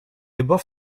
above